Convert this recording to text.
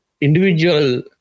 individual